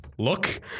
look